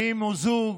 ואם זה זוג,